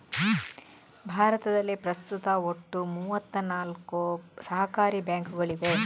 ಭಾರತದಲ್ಲಿ ಪ್ರಸ್ತುತ ಒಟ್ಟು ಮೂವತ್ತ ನಾಲ್ಕು ಸಹಕಾರಿ ಬ್ಯಾಂಕುಗಳಿವೆ